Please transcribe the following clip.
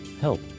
Help